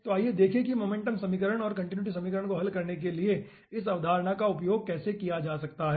तो आइए देखें कि मोमेंटम समीकरण और कंटीन्यूटी समीकरण को हल करने के लिए इस अवधारणा का उपयोग कैसे किया जा सकता है